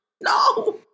No